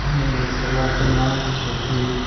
बिदिनो थेला थुङा गोखै